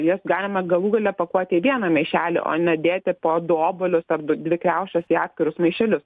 jas galima galų gale pakuoti į vieną maišelį o ne dėti po du obuolius ar du dvi kriaušes į atskirus maišelius